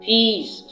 Peace